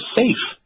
safe